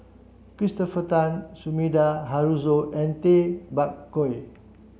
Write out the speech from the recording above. Christopher Tan Sumida Haruzo and Tay Bak Koi